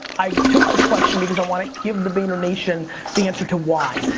i took the question because i want to give the vaynernation the answer to why.